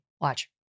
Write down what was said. Watch